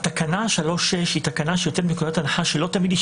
התקנה 3(6) היא תקנה שיוצאת מנקודת הנחה שלא תמיד יש